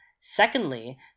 Secondly